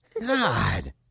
God